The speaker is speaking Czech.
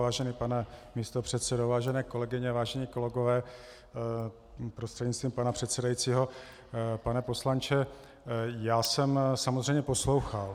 Vážený pane místopředsedo, vážené kolegyně, vážení kolegové prostřednictvím pana předsedajícího pane poslanče, já jsem samozřejmě poslouchal.